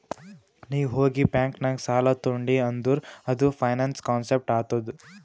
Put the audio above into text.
ನೀ ಹೋಗಿ ಬ್ಯಾಂಕ್ ನಾಗ್ ಸಾಲ ತೊಂಡಿ ಅಂದುರ್ ಅದು ಫೈನಾನ್ಸ್ ಕಾನ್ಸೆಪ್ಟ್ ಆತ್ತುದ್